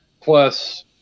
plus